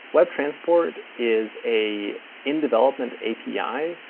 webtransport is a in-development api,